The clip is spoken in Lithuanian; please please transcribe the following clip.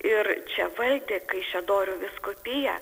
ir čia valdė kaišiadorių vyskupiją